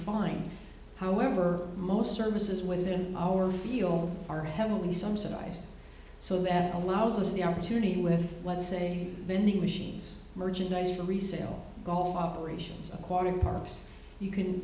fine however most services within our field are heavily subsidized so that allows us the opportunity with let's say vending machines merging nice for resale goal operations acquiring parks you